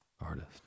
artist